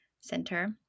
center